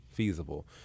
feasible